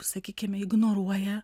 sakykime ignoruoja